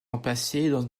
remplacé